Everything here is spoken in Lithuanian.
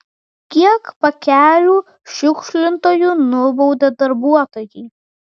kiek pakelių šiukšlintojų nubaudė darbuotojai